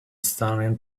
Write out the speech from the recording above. stunning